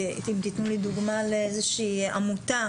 תתנו לי דוגמה לאיזושהי עמותה